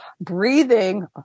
breathing